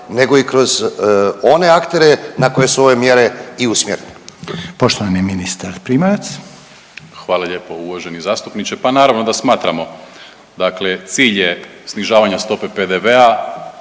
nego i kroz one aktere na koje su ove mjere i usmjerene.